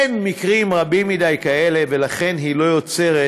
אין מקרים רבים מדי כאלה, ולכן היא לא יוצרת